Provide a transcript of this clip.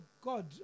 God